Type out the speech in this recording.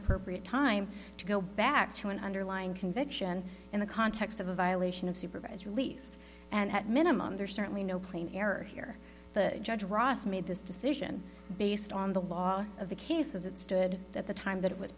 appropriate time to go back to an underlying conviction in the context of a violation of supervised release and at minimum there's certainly no plain error here the judge ross made this decision based on the law of the case as it stood at the time that it was